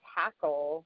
tackle